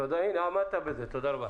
תודה רבה.